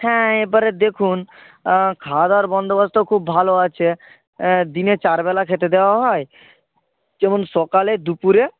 হ্যাঁ এবারে দেখুন খাওয়া দাওয়ার বন্দোবস্ত খুব ভালো আছে দিনে চার বেলা খেতে দেওয়া হয় যেমন সকালে দুপুরে